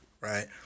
right